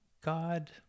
God